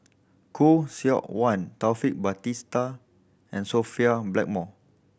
Khoo Seok Wan Taufik Batisah and Sophia Blackmore